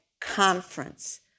conference